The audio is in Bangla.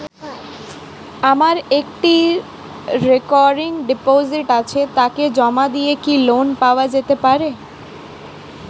আমার একটি রেকরিং ডিপোজিট আছে তাকে জমা দিয়ে কি লোন পাওয়া যেতে পারে?